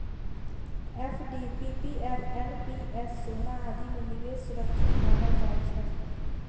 FD, PPF, NPS, सोना आदि मे निवेश सुरक्षित मानल जाइ छै